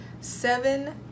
seven